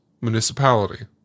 municipality